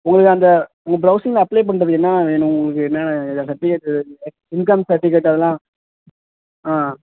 உங்களுக்கு அந்த உங்கள் ப்ரொவ்சிங்கில அப்ளை பண்ணுறதுக்கு என்னென்ன வேணும் உங்களுக்கு என்னென்ன ஆ சர்டிஃபிகேட்டு லைக் இன்கம் சர்டிஃபிகேட்டு அதெல்லாம் ஆ